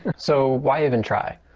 so why even try?